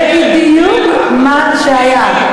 זה בדיוק מה שהיה.